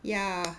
ya